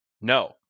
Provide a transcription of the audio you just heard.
No